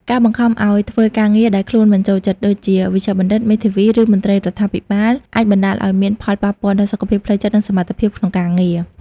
ការបង្ខំឲ្យធ្វើការងារដែលខ្លួនមិនចូលចិត្ត ដូចជា វេជ្ជបណ្ឌិត មេធាវី ឬមន្ត្រីរដ្ឋាភិបាល អាចបណ្តាលឲ្យមានផលប៉ះពាល់ដល់សុខភាពផ្លូវចិត្ត និងសមត្ថភាពក្នុងការងារ។